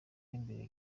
imbere